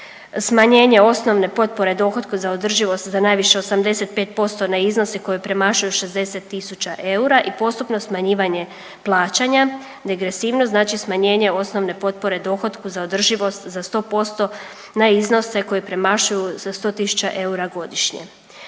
smanjenje osnovne potpore dohotku za održivost za najviše 85% na iznose koji premašuju 60 tisuća eura i postupno smanjivanje plaćanje, degresivnost, znači smanjenje osnovne potpore dohotku za održivost za 100% na iznose koji premašuju za 100 tisuća eura godišnje.